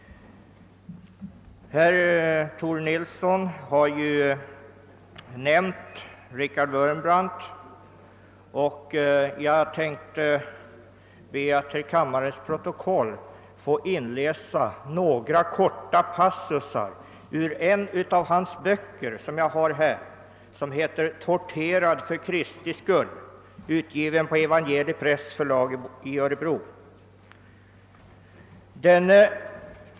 Herr Tore Nilsson har nämnt Richard Wurm brand, och jag tänkte till kammarens protokoll läsa in några korta passusar ur en av dennes böcker, vilkens titel är »Torterad för Kristi skull». Den är utgiven på förlaget Evangeliipress i Örebro.